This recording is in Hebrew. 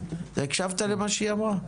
הקשבת למה שהיא אמרה?